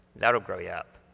that'll grow you up.